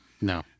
No